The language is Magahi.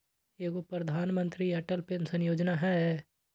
एगो प्रधानमंत्री अटल पेंसन योजना है?